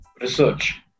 research